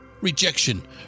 Rejection